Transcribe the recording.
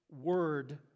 Word